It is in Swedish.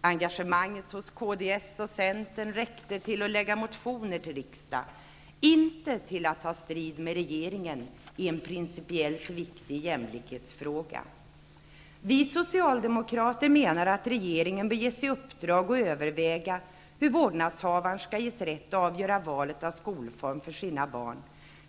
Engagemanget hos Kds och Centern räckte till att väcka motioner till riksdagen -- inte till att ta strid med regeringen i en principiellt viktig jämlikhetsfråga. Vi socialdemokrater menar att regeringen bör ges i uppdrag att överväga hur vårdnadshavare skall ges rätt att avgöra valet av skolform för sina barn.